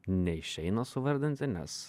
neišeina suvardinti nes